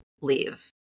leave